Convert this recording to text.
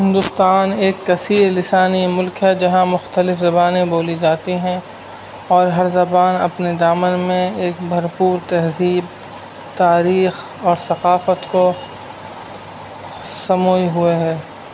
ہندوستان ایک تثیر لسانی ملک ہے جہاں مختلف زبانیں بولی جاتی ہیں اور ہر زبان اپنے دامن میں ایک بھرپور تہذیب تاریخ اور ثقافت کو سموئے ہوئے ہے